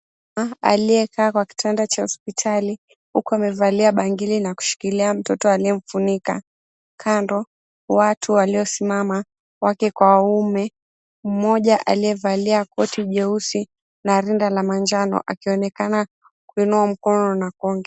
Mama aliyekaa kwa kitanda cha hospitali, huku amevalia bangili na kushikilia mtoto aliyemfunika. Kando, watu waliosimama, wake kwa waume. Mmoja aliyevalia koti jeusi na rinda la manjano akionekana kuinua mkono na kuongea.